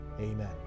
Amen